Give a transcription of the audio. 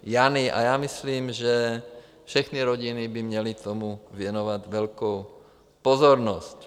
A já myslím, že všechny rodiny by měly tomu věnovat velkou pozornost.